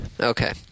Okay